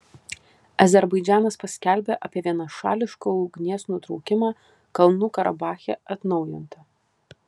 azerbaidžanas paskelbė apie vienašališką ugnies nutraukimą kalnų karabache atnaujinta